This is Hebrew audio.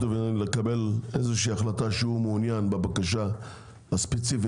הווטרינרי לקבל איזושהי החלטה שהוא מעוניין בבקשה הספציפית,